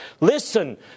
listen